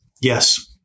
Yes